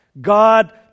God